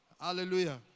Hallelujah